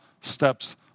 steps